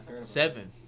Seven